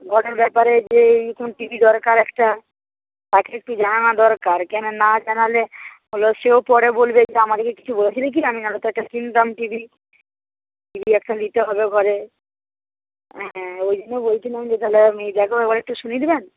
ঘরের ব্যাপারে যে এই টি ভি দরকার একটা তাকে একটু জানানো দরকার কেন না জানালে হলো সেও পরে বলবে যে আমাদেরকে কিছু কিনতাম টি ভি টি ভি একটা নিতে হবে ঘরে হ্যাঁ ওই জন্য বলছিলাম যে তাহলে মেজদাকেও একবার একটু শুনিয়ে দেবেন